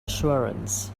assurance